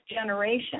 generation